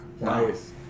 nice